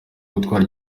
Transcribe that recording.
gutwara